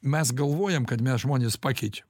mes galvojam kad mes žmones pakeičiam